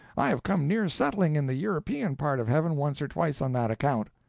i have come near settling in the european part of heaven once or twice on that account.